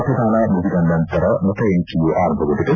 ಮತದಾನ ಮುಗಿದ ನಂತರ ಮತಎಣಿಕೆಯು ಆರಂಭಗೊಂಡಿದೆ